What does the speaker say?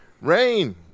Rain